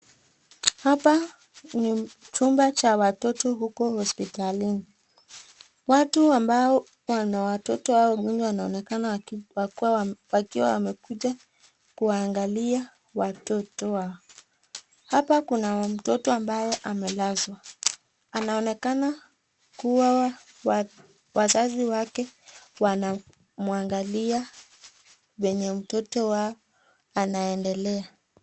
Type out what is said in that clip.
Hapa ni chumba cha watoto huko hospitalini, watu ambao wana watoto wawili wanaonekana wakiwa wamekuja kuangalia watoto wao, hapa kuna mtoto ambaye amelazwa anaonekana kuwa wazazi wake wanamwangalia vyenye mtoto wao anaendelea.